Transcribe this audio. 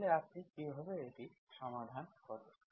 তাহলে আপনি কীভাবে এটি সমাধান করবেন